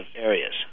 areas